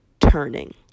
turning